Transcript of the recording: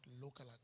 local